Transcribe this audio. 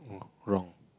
wrong